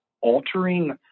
altering